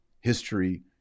history